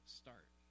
start